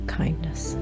kindness